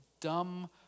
dumb